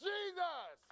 Jesus